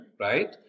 right